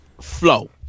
Flow